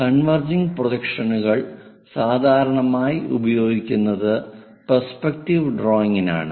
converging പ്രൊജക്ഷനുകൾ സാധാരണയായി ഉപയോഗിക്കുന്നത് പെർസ്പെക്റ്റീവ് ഡ്രോയിംഗിനാണ്